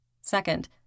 Second